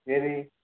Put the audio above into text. ఏది